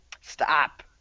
Stop